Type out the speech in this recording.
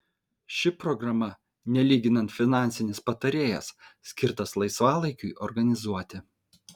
ši programa nelyginant finansinis patarėjas skirtas laisvalaikiui organizuoti